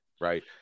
Right